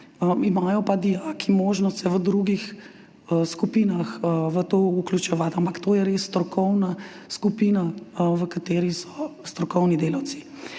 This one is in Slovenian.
Imajo pa se dijaki možnost v drugih skupinah v to vključevati, ampak to je res strokovna skupina, v kateri so strokovni delavci.